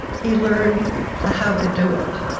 he learned the how to do it.